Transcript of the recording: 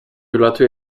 ulatuje